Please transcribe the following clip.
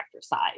side